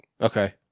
Okay